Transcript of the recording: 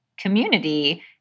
community